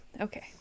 Okay